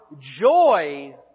Joy